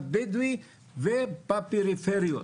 הבדואי ובפריפריות,